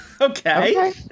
Okay